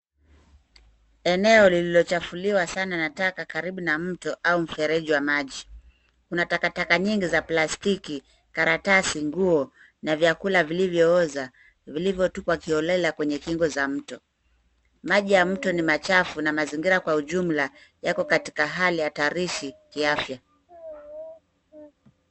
Eneo lililo chafuliwa sana na taka karibu na mto au mfereji wa maji. Kuna taka taka nyingi za plastiki, karatasi, nguo na vyakula vilivyooza vilivyo tupwa kiholela kwenye kingo za mto. Maji ya mto ni machafu na mazingira kwa ujumla yako katika hali hatarishi kiafya.